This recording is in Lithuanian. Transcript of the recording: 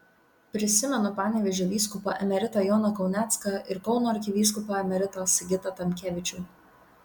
prisimenu panevėžio vyskupą emeritą joną kaunecką ir kauno arkivyskupą emeritą sigitą tamkevičių